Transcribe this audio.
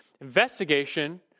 investigation